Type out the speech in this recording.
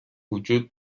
وجود